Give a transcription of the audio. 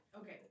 okay